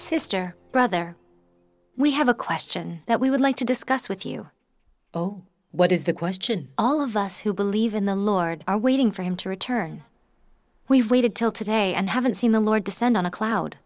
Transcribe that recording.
sister brother we have a question that we would like to discuss with you oh what is the question all of us who believe in the lord are waiting for him to return we've waited till today and haven't seen the lord descend on a cloud